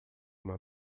uma